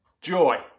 joy